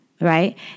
right